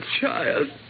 child